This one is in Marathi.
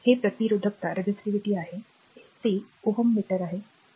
हे प्रतिरोधकता आहे ते Ω मीटर आहे